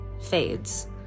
fades